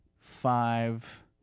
five